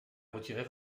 retirer